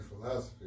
philosophy